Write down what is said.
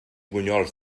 bunyols